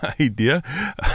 idea